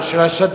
או של השדרן,